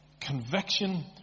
conviction